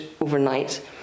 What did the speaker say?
overnight